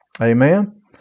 Amen